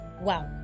wow